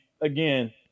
again